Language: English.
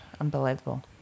unbelievable